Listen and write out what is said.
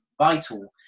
vital